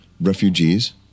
refugees